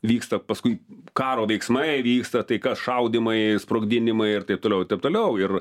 vyksta paskui karo veiksmai vyksta tai kas šaudymai sprogdinimai ir taip toliau ir taip toliau ir